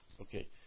Okay